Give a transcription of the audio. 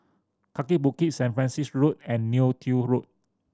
Kaki Bukit Saint Francis Road and Neo Tiew Road